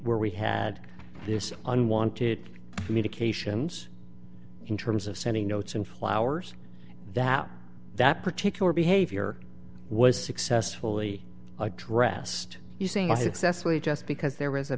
where we had this unwanted communications in terms of sending notes and flowers that that particular behavior was successfully addressed using a success story just because there was a